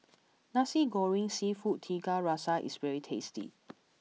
Nasi Goreng Seafood Tiga Rasa is very tasty